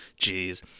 Jeez